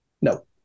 No